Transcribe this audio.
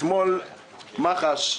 אתמול מח"ש,